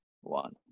one